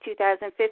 2015